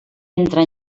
entra